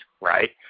right